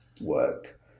work